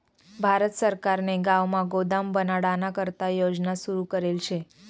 भारत सरकारने गावमा गोदाम बनाडाना करता योजना सुरू करेल शे